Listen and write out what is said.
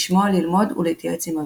לשמוע, ללמוד ולהתייעץ עם אביה.